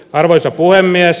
arvoisa puhemies